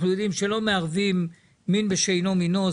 אנחנו יודעים שלא מערבים מין בשאינו מינו,